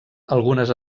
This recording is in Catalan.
algunes